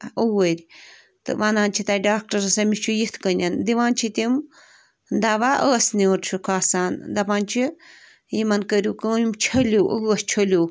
اوٗرۍ تہٕ وَنان چھِ تَتہِ ڈاکٹَرَس أمِس چھُ یِتھ کٔنٮ۪ن دِوان چھِ تِم دوا ٲسہٕ نیوٗر چھُکھ آسان دَپان چھِ یِمَن کٔرِو کٲم یِم چھٔلِو ٲس چھٔلۍوُکھ